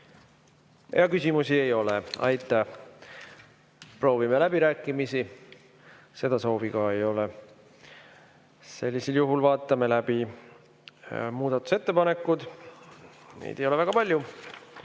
Küsimusi ei ole. Aitäh! Proovime läbirääkimisi. Seda soovi ka ei ole. Sellisel juhul vaatame läbi muudatusettepanekud. Neid ei ole väga palju.